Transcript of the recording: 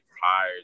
prior